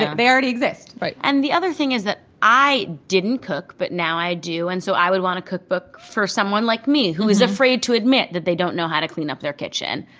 they already exist and the other thing is that i didn't cook, but now i do. and so i would want a cookbook for someone like me, who is afraid to admit that they don't know how to clean up their kitchen,